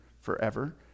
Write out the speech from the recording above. forever